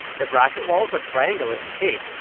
the bracket walls are triangular in shape,